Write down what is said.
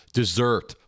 dessert